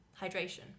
hydration